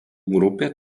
grupė